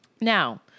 Now